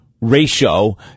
ratio